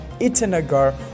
Itanagar